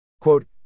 Quote